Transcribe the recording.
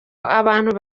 abantu